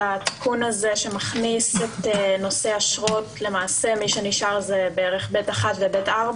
התיקון שמכניס את נושא האשרות נשאר ב'1 ו-ב'4.